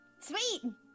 Sweet